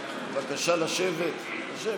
בבקשה, לשבת.